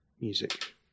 music